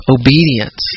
obedience